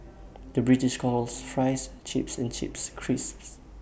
the British calls Fries Chips and Chips Crisps